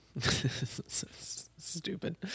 Stupid